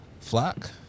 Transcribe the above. Flock